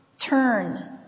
turn